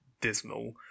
dismal